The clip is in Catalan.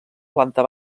planta